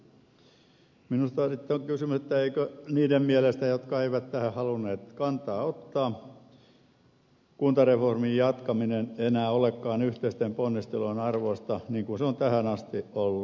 minusta on sitten kysyttävä eikö niiden mielestä jotka eivät tähän halunneet kantaa ottaa kuntareformin jatkaminen enää olekaan yhteisten ponnistelujen arvoista niin kuin se on tähän asti ollut